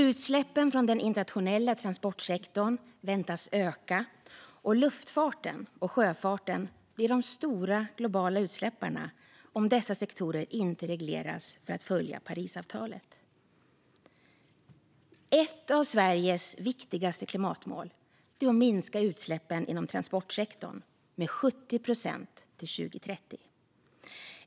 Utsläppen från den internationella transportsektorn väntas öka, och luftfarten och sjöfarten blir de stora globala utsläpparna om dessa sektorer inte regleras för att följa Parisavtalet. Ett av Sveriges viktigaste klimatmål är att minska utsläppen inom transportsektorn med 70 procent till 2030.